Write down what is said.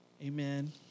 Amen